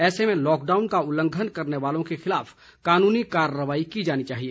ऐसे में लॉकडाउन का उल्लंघन करने वालों के खिलाफ कानूनी कार्रवाई की जानी चाहिए